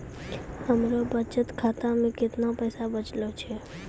हमरो बचत खाता मे कैतना पैसा बचलो छै?